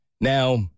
Now